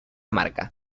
marca